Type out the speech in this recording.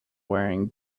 wearing